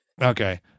Okay